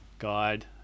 Guide